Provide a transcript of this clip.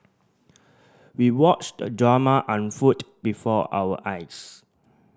we watched the drama unfold before our eyes